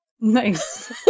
Nice